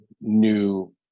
new